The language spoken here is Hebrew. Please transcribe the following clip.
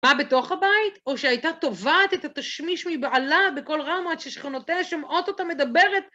באה בתוך הבית, או שהייתה טובעת את התשמיש מבעלה בקול רם ששכנותיה שומעות אותה מדברת.